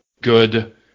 good